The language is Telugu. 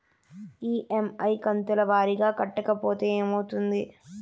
ఇ.ఎమ్.ఐ కంతుల వారీగా కట్టకపోతే ఏమవుతుంది?